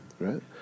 Right